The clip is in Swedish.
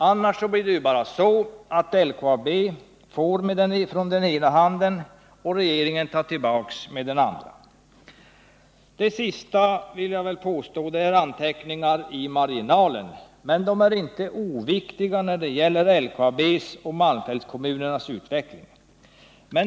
Annars blir det bara så att staten ger LKAB pengar med den ena handen och tar tillbaka dem med den andra. Den sista delen av mitt anförande är mera anteckningar i marginalen, men de är inte oviktiga när det gäller LKAB:s och malmfältskommunernas utveckling.